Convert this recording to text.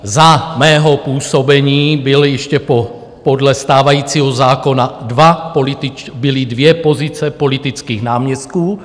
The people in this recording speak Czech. Za mého působení byli ještě podle stávajícího zákona dva političtí byly dvě pozice politických náměstků.